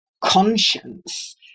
conscience